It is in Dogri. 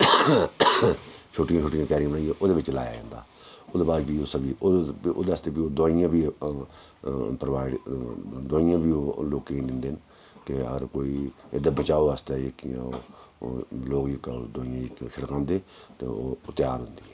छोटियां छोटियां क्यारियां बनाइयै ओह्दे बिच्च लाया जंदा ओह्दे बाद च बी ओह् सब्ज़ी ओह्दे आस्तै बी ओह् दुआइयां बी प्रोवाइड दुआइयां बी ओह् लोकें गी दिंदे न कि हर कोई एह्दे बचाव आस्तै जेह्कियां ओह् ओह् लोक जेह्का दुनिया जेह्ड़ा छड़कांदे ते ओह् त्यार होंदी ऐ